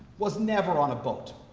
was never on a boat.